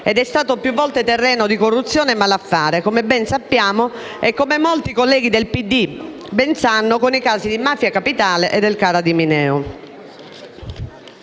ed è stato più volte terreno di corruzione e malaffare, come ben sappiamo e come molti colleghi del PD ben sanno, con i casi di mafia capitale e del CARA di Mineo.